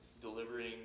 delivering